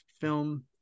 film